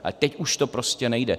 Ale teď už to prostě nejde.